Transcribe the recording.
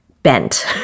bent